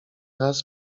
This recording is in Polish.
raz